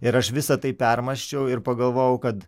ir aš visa tai permąsčiau ir pagalvojau kad